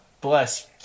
bless